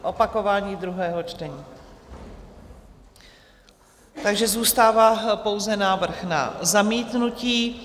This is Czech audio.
Opakování druhého čtení, takže zůstává pouze návrh na zamítnutí.